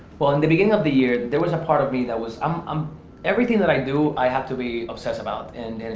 and the beginning of the year there was a part of me that was, um um everything that i do i have to be obsessed about. and